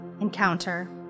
Encounter